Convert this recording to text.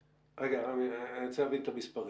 רגע רמי, אני רוצה להבין את המספרים.